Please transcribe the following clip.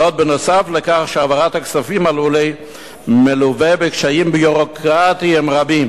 נוסף על כך שהעברת הכספים הללו מלווה בקשיים ביורוקרטיים רבים.